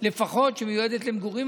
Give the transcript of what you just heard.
לפחות שמיועדת למגורים,